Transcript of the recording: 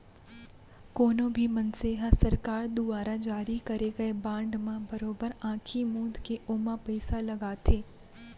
कोनो भी मनसे ह सरकार दुवारा जारी करे गए बांड म बरोबर आंखी मूंद के ओमा पइसा लगाथे